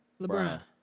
LeBron